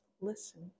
listen